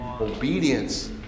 Obedience